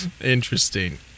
Interesting